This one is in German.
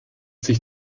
sich